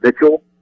Mitchell